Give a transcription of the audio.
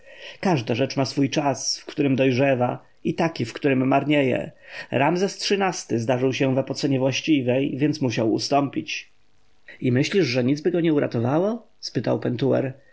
każda rzecz ma swój czas w którym dojrzewa i taki w którym marnieje ramzes xiii-ty zdarzył się w epoce niewłaściwej więc musiał ustąpić i myślisz że nicby go nie uratowało spytał pentuer